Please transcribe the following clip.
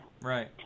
right